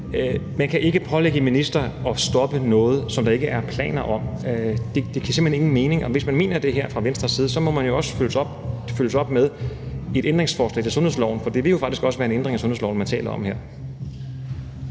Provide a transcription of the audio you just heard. man kan ikke pålægge en minister at stoppe noget, som der ikke er planer om. Det giver simpelt hen ingen mening, og hvis man mener det her fra Venstres side, må man følge det op med et ændringsforslag til sundhedsloven, for det vil jo faktisk også være en ændring af sundhedsloven, man taler om her.